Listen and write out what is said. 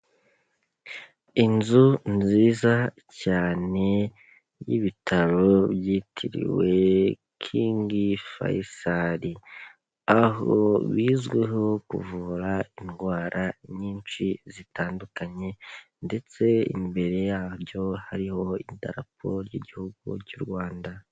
Inzu nziza cyane y'ibitaro byitiriwe King faisal. Aho bizwiho kuvura indwara nyinshi zitandukanye ndetse imbere yabyo hariho idarapo ry'Igihugu cy'u Rwanda.